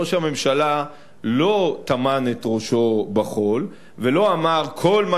ראש הממשלה לא טמן את ראשו בחול ולא אמר: כל מה